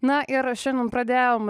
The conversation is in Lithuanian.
na ir šiandien pradėjom